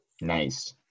Nice